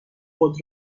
خود